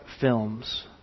films